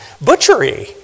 butchery